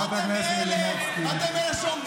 אתה גזען, זה הבעיה שלכם.